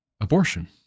abortion